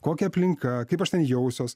kokia aplinka kaip aš ten jausiuos